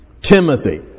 Timothy